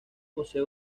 posee